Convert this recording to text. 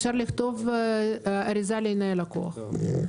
אז אפשר לכתוב אריזה לעיני לקוח.